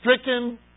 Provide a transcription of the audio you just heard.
stricken